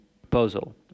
proposal